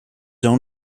own